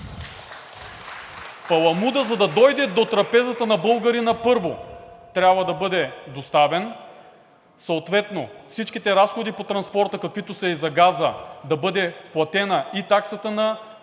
Паламудът, за да дойде до трапезата на българина, първо, трябва да бъде доставен, съответно всичките разходи по транспорта, каквито са и за газа, да бъде платена и таксата на терминала